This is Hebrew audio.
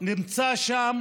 נמצא שם